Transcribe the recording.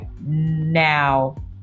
Now